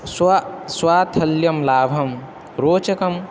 स्व स्व तुल्यं लाभं रोचकं